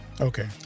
Okay